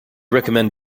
recommend